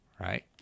right